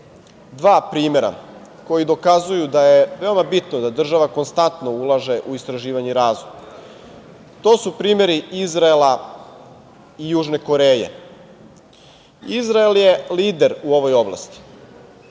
dva primera koji dokazuju da je veoma bitno da država konstantno ulaže u istraživanje i razvoj. To su primeri Izraela i Južne Koreje. Izrael je lider u ovoj oblasti.